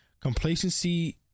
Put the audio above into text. Complacency